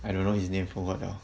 I don't know his name forgot 了